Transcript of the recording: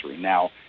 now